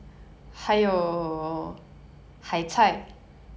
but I don't think 海带 is seaweed that is not cooked